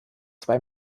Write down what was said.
zwei